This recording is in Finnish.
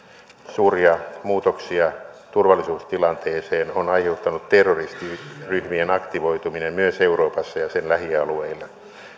suuria muutoksia turvallisuustilanteeseen on aiheuttanut terroristiryhmien aktivoituminen myös euroopassa ja sen lähialueilla